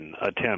attempt